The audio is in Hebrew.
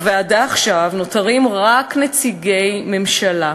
בוועדה נותרים עכשיו רק נציגי ממשלה,